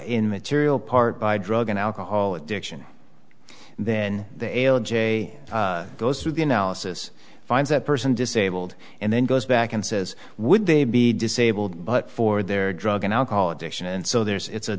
in material part by drug and alcohol addiction then the ael j goes through the analysis finds that person disabled and then goes back and says would they be disabled but for their drug and alcohol addiction and so there's it's a